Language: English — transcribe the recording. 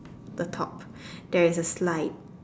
the top there is a slide